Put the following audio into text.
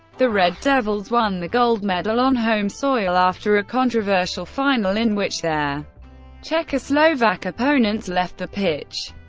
the red devils won the gold medal on home soil after a controversial final in which their czechoslovak opponents left the pitch.